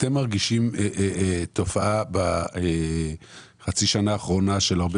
אתם מרגישים תופעה בחצי השנה האחרונה של הרבה